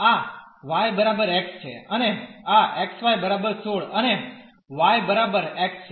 આ y બરાબર x છે અને આ xy બરાબર 16 અને y બરાબર x છે